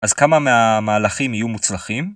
אז כמה מהמהלכים יהיו מוצלחים?